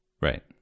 Right